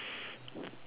okay